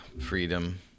freedom